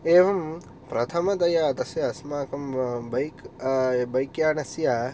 एवं प्रथमतया तस्य अस्माकं बैक् बैक् यानस्य